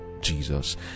Jesus